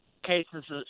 cases